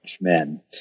men